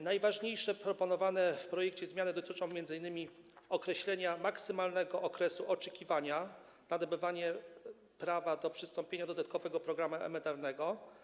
Najważniejsze proponowane w projekcie zmiany dotyczą m.in. określenia maksymalnego okresu oczekiwania na nabycie prawa do przystąpienia do dodatkowego programu emerytalnego.